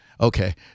Okay